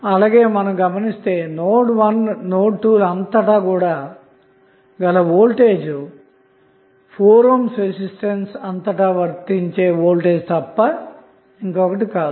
అలాగే మీరు గమనిస్తే నోడ్ 1 నోడ్ 2 లు అంతటా గల వోల్టేజ్ 4 ohm రెసిస్టెన్స్ అంతటా వర్తించే వోల్టేజ్ తప్ప మరొకటి కాదు